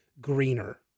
greener